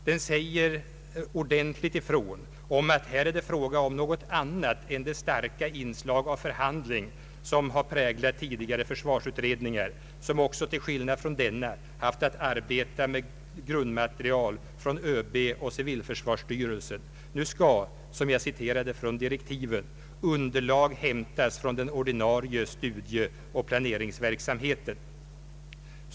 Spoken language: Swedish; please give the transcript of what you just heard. Den säger ordentligt ifrån att det här är fråga om något annat än det starka inslag av förhandling som har präglat tidigare försvarsutredningar, vilka till skillnad från denna har haft att arbeta med grundmaterial från ÖB och civilförsvarsstyrelsen. Nu skall, som framgår av vad jag citerade från direktiven, underlag hämtas från den ordinarie studieoch planeringsverksamheten.